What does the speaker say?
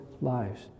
lives